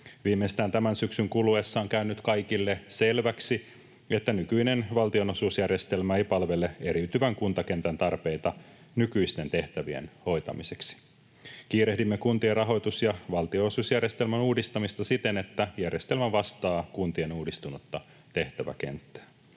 Viimeistään tämän syksyn kuluessa on käynyt kaikille selväksi, että nykyinen valtionosuusjärjestelmä ei palvele eriytyvän kuntakentän tarpeita nykyisten tehtävien hoitamiseksi. Kiirehdimme kuntien rahoitus- ja valtionosuusjärjestelmän uudistamista siten, että järjestelmä vastaa kuntien uudistunutta tehtäväkenttää.